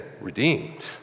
redeemed